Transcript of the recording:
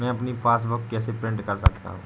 मैं अपनी पासबुक कैसे प्रिंट कर सकता हूँ?